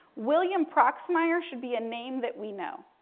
william proxmire should be a name that we know.